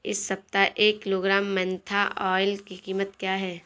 इस सप्ताह एक किलोग्राम मेन्था ऑइल की कीमत क्या है?